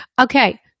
Okay